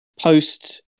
Post